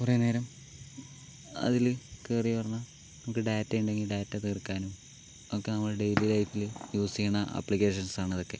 കുറേ നേരം അതിൽ കയറിയെന്നു പറഞ്ഞാൽ നമ്മൾക്ക് ഡാറ്റ ഉണ്ടെങ്കിൽ ഡാറ്റ തീർക്കാനും ഒക്കെ നമ്മൾ ഡൈലി ലൈഫിൽ യൂസ് ചെയ്യുന്ന ആപ്ലിക്കേഷൻസാണ് ഇതൊക്കെ